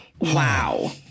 Wow